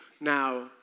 Now